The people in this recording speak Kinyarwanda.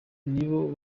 nibo